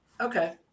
Okay